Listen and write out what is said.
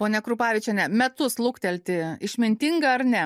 ponia krupavičiene metus luktelti išmintinga ar ne